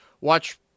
Watch